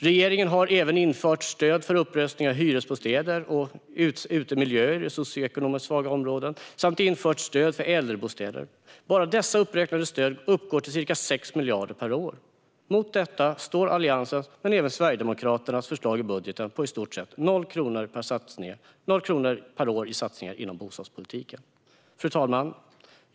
Regeringen har även infört stöd för upprustning av hyresbostäder och utemiljöer i socioekonomiskt svaga områden och infört stöd för äldrebostäder. Bara dessa uppräknade stöd uppgår till ca 6 miljarder per år. Mot detta står Alliansens och Sverigedemokraternas förslag i budgeten om i stort sett noll kronor per år i satsningar inom bostadspolitiken. Fru talman!